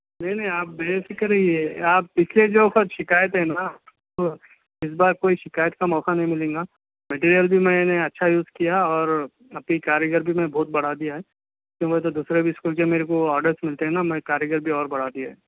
نہیں نہیں آپ بے فکر رہیے آپ پچھلے جو سب شکایتیں ہے نا تو اِس بار کوئی شکایت کا موقع نہیں ملیں گا مٹیریل بھی میں نے اچھا یوز کیا اور اب کی کاریگر بھی میں بہت بڑھا دیا ہے کیوں بولے تو دوسرے بھی اسکول کے میرے کو آرڈرز ملتے ہیں نا میں کاریگر بھی اور بڑھا دیا ہے